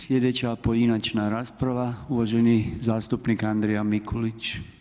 Sljedeća pojedinačna rasprava uvaženi zastupnik Andrija Mikulić.